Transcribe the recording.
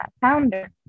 founder